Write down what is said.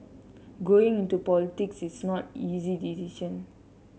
going into politics is not easy decision